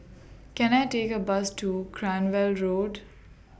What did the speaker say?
Can I Take A Bus to Cranwell Road